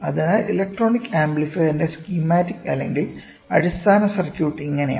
അതിനാൽ ഇലക്ട്രോണിക് ആംപ്ലിഫയറിന്റെ സ്കീമാറ്റിക് അല്ലെങ്കിൽ അടിസ്ഥാന സർക്യൂട്ട് ഇങ്ങനെയാണ്